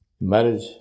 marriage